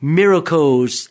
miracles